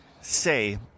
say